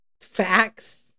Facts